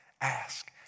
ask